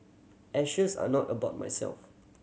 ashes are not about myself